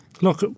look